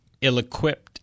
ill-equipped